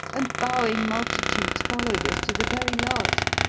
and bowing multitudes followed us to the very last.